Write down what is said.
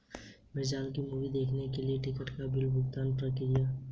मिराज में मूवी देखने के लिए टिकट का बिल भुगतान प्रीति ने किया